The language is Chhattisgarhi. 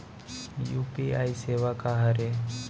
यू.पी.आई सेवा का हरे?